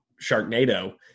Sharknado